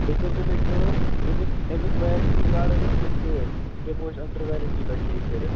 بیٚیہِ کٔرزیٚو تُہی کٲم اَمیُک اَمیُک ویرنٹی کارڈ أنزیٚو تُہۍ سۭتۍ یہِ دِمو أسۍ أنٛڈر ویرنٹی پٮ۪ٹھ ٹھیٖک کٔرِتھ